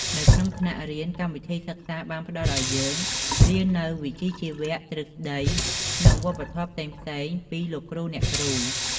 នៅក្នុងថ្នាក់រៀនកម្មវិធីសិក្សាបានផ្តល់ឲ្យយើងរៀននូវវិជ្ជាជីវៈ ទ្រឹស្តី និងវប្បធម៌ផ្សេងៗពីលោកគ្រូអ្នកគ្រូ។